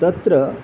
तत्र